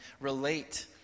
relate